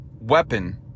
Weapon